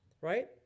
right